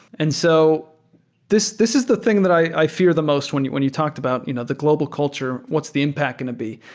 and so this this is the thing that i fear the most when you when you talked about you know the global culture. what's the impact going to be?